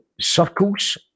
Circles